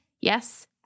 yes